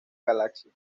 galaxia